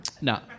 No